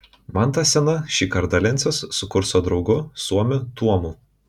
mantas scena šįkart dalinsis su kurso draugu suomiu tuomu